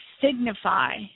signify